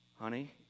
Honey